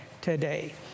today